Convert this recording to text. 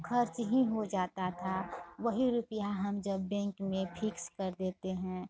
खर्च ही हो जाता था वही रुपिया हम जब बेंक में फिक्स कर देते हैं